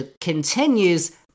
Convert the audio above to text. continues